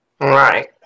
Right